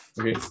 Okay